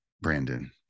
Brandon